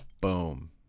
boom